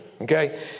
okay